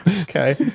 Okay